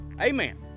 Amen